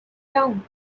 town